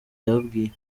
yababwiye